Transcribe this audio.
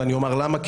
המספר ירד מאז,